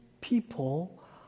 people